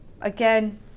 again